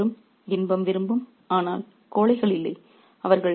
நண்பர்கள் இருவரும் இன்பம் விரும்பும் ஆனால் கோழைகள் இல்லை